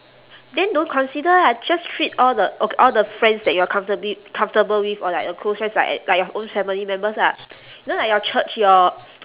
then don't consider lah just treat all the ok~ all the friends that you are comfortably comfortable with or like your close friends like at like your own family members lah you know like your church your